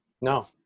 no